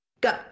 go